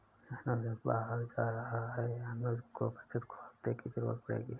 अनुज अब बाहर जा रहा है अनुज को बचत खाते की जरूरत पड़ेगी